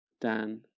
Dan